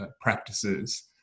practices